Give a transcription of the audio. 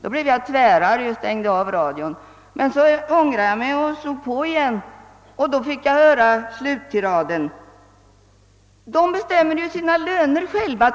Då blev jag tvärarg och stängde av radion. Men jag ångrade mig och slog på igen. Då fick jag höra sluttiraden: »Dom bestämmer ju sina löner själva.